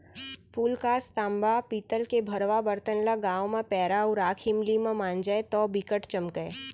फूलकास, तांबा, पीतल के भंड़वा बरतन ल गांव म पैरा अउ राख इमली म मांजय तौ बिकट चमकय